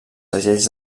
segells